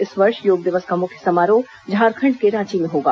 इस वर्ष योग दिवस का मुख्य समारोह झारखंड के रांची में होगा